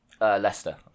Leicester